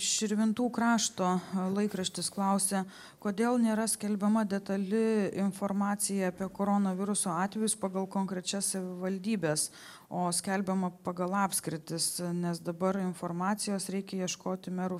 širvintų krašto laikraštis klausia kodėl nėra skelbiama detali informacija apie koronaviruso atvejus pagal konkrečias savivaldybes o skelbiama pagal apskritis nes dabar informacijos reikia ieškoti merų